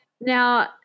now